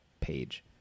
page